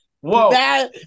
Whoa